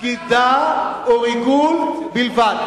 בגידה או ריגול בלבד.